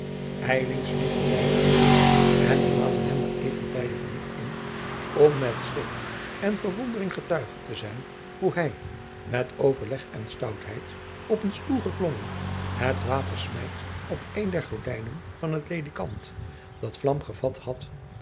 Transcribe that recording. zij hem achter en halen hem maar even tijdig adriaan loosjes pzn het leven van maurits lijnslager genoeg in om met schrik en verwondering getuigen te zijn hoe hij met overleg en stoutheid op een stoel geklommen het water smijt op een der gordijnen van een ledikant dat vlam gevat had